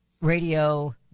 Radio